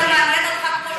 כי אתה מנהל איך שאתה